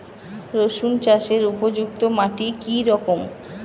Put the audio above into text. রুসুন চাষের উপযুক্ত মাটি কি রকম?